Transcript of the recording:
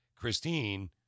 Christine